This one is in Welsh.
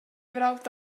frawd